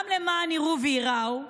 גם למען יראו וייראו,